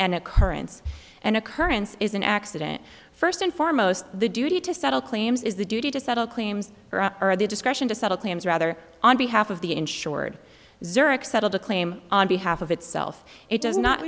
an occurrence an occurrence is an accident first and foremost the duty to settle claims is the duty to settle claims or the discretion to settle claims rather on behalf of the insured zurich settled a claim on behalf of itself it does not